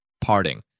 Parting